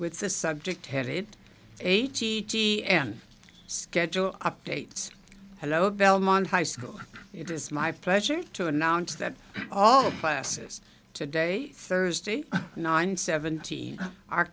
with the subject headed h e t n schedule updates hello belmont high school it is my pleasure to announce that all classes today thursday nine seventy are